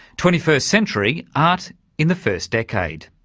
twenty first century art in the first decade.